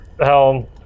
Helm